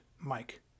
Mike